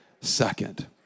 second